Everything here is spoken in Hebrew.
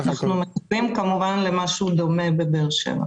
אנחנו מצפים מובן למשהו דומה בבאר שבע.